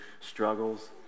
struggles